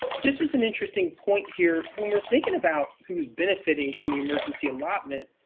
this is an interesting point here. when we're thinking about who's benefiting from the emergency allotment,